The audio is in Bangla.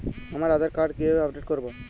আমার আধার কার্ড কিভাবে আপডেট করব?